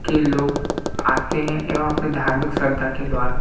के लोग आते हैं एवं अपने धार्मिक श्रद्धा के द्वारा